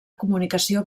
comunicació